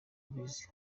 ubizi